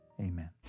Amen